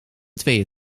tweeën